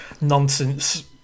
nonsense